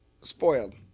spoiled